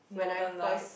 no don't like